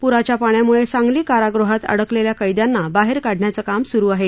पुराच्या पाण्यामुळे सांगली कारागृहात अडकलेल्या कैद्यांना बाहेर काढण्याचे काम सुरु आहे